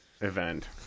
event